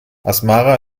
asmara